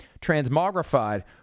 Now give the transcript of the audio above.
transmogrified